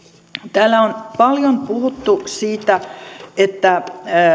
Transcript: täällä on paljon puhuttu siitä että